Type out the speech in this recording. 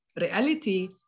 reality